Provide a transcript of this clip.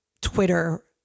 Twitter